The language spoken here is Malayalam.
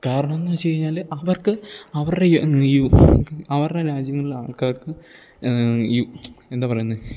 കാരണം എന്ന് വെച്ച് കഴിഞ്ഞാൽ അവർക്ക് അവരുടെ അവരുടെ രാജ്യങ്ങളിലെ ആൾക്കാർക്ക് എന്താ പറയുന്നത്